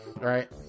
right